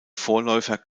vorläufer